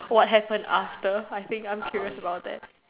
what happened after I think I'm curious about that